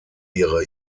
ihre